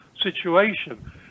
situation